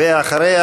ואחריה,